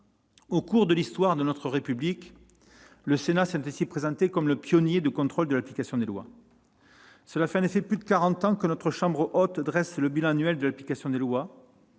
Au cours de l'histoire de notre République, le Sénat s'est présenté comme le pionnier du contrôle de l'application des lois. Cela fait ainsi plus de quarante ans que la chambre haute dresse un bilan annuel de l'application des lois,